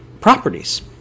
properties